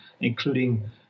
including